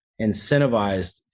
incentivized